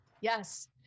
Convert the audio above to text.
Yes